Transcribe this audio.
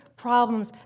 problems